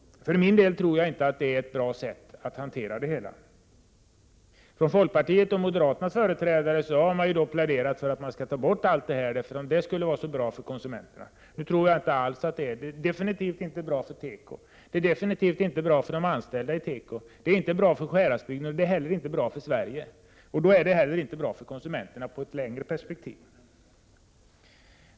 För min del tror jag inte att det är ett bra sätt att hantera det hela på. Folkpartiets och moderata samlingspartiets företrädare har pläderat för att man skall ta bort allt detta, eftersom det skulle vara så bra för konsumenterna. Jag tror inte alls att det är så. Det är absolut inte bra för teko. Det är absolut inte bra för de anställda inom teko. Det är inte bra för Sjuhäradsbygden. Det är inte heller bra för Sverige. Det är då inte heller bra för konsumenterna i ett längre perspektiv.